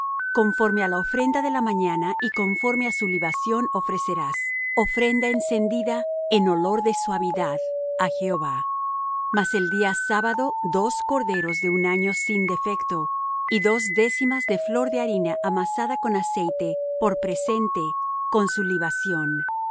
conforme á la ofrenda de la mañana y conforme á su libación ofrecerás ofrenda encendida en olor de suavidad á jehová mas el día del sábado dos corderos de un año sin defecto y dos décimas de flor de harina amasada con aceite por presente con su libación